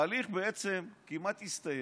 וההליך בעצם כמעט הסתיים,